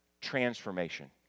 transformation